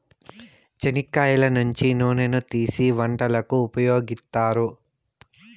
చెనిక్కాయల నుంచి నూనెను తీసీ వంటలకు ఉపయోగిత్తారు